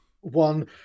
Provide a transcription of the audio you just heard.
one